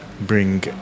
bring